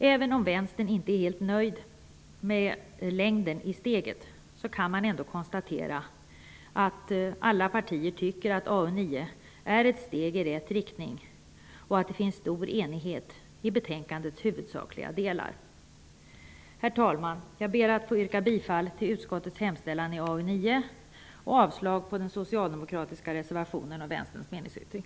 Även om Vänstern inte är helt nöjd med längden i steget, kan man konstatera att alla partier tycker att arbetsmarknadsutskottets betänkande nr 9 är ett steg i rätt riktning och att det finns stor enighet i betänkandets huvudsakliga delar. Herr talman! Jag ber att få yrka bifall till utskottets hemställan i arbetsmarknadsutskottets betänkande nr 9 samt avslag på den socialdemokratiska reservationen och Vänsterns meningsyttring.